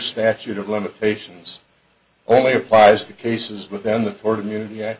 statute of limitations only applies to cases within the